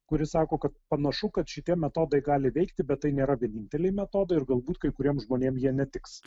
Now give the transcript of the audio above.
kuris sako kad panašu kad šitie metodai gali veikti bet tai nėra vieninteliai metodai ir galbūt kai kuriem žmonėm jie netiks